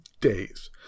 days